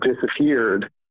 disappeared